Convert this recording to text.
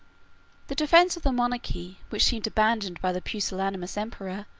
the defence of the monarchy, which seemed abandoned by the pusillanimous emperor,